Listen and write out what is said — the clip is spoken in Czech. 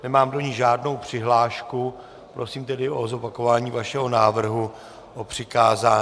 Nemám do ní žádnou přihlášku, prosím tedy o zopakování vašeho návrhu o přikázání.